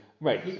Right